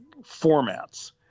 formats